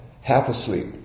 half-asleep